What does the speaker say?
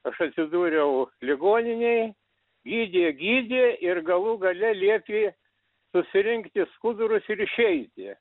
aš atsidūriau ligoninėj gydė gydė ir galų gale liepė susirinkti skudurus ir išeiti